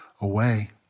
away